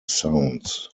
sounds